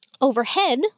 overhead